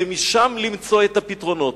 ומשם למצוא את הפתרונות.